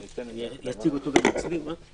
אני